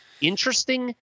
interesting